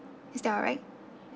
is that alright